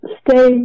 stay